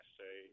say